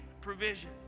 provision